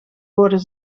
woorden